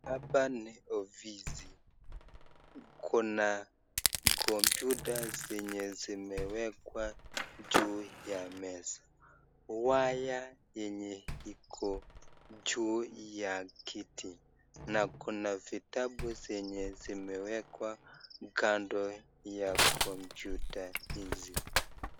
Hapa ni ofisi. Kuna kompyuta zenye zimewekwa juu ya meza, waya yenye iko juu ya kiti na kuna vitabu zenye zimewekwa kando ya kompyuta hizi.